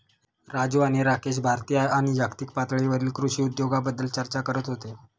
राजू आणि राकेश भारतीय आणि जागतिक पातळीवरील कृषी उद्योगाबद्दल चर्चा करत होते